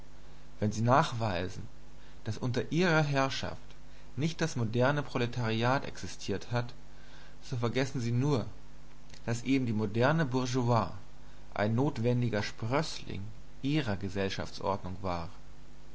wenn sie nachweisen daß unter ihrer herrschaft nicht das moderne proletariat existiert hat so vergessen sie nur daß eben die moderne bourgeoisie ein notwendiger sprößling ihrer gesellschaftsordnung war